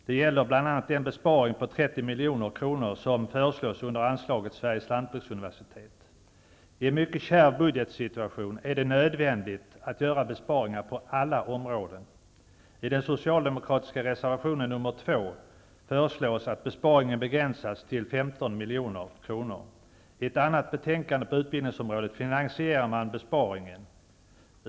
Det gäller bl.a. den besparing på 30 milj.kr. som föreslås under anslaget Sveriges lantbruksuniversitet. I en mycket kärv budgetsituation är det nödvändigt att göra besparingar på alla områden. ett annat betänkande på utbildningsområdet finansierar man besparingen.